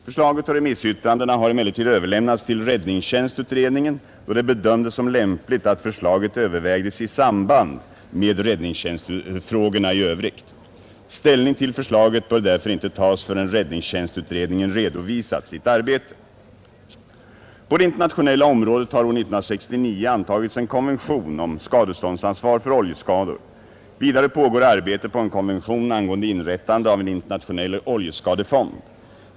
Förslaget och remissyttrandena har emellertid överlämnats till räddningstjänstutredningen då det bedömdes lämpligt att förslaget övervägdes i samband med räddningstjänstfrågorna i övrigt. Ställning till förslaget bör därför inte tas förrän räddningstjänstutredningen redovisat sitt arbete. På det internationella området har år 1969 antagits en konvention om skadeståndsansvar för oljeskador. Vidare pågår arbete på en konvention angående inrättande av en internationell oljeskadefond.